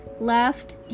left